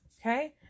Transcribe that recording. okay